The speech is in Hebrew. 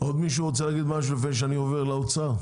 עוד מישהו רוצה להגיד משהו לפני שאני עובר לאוצר?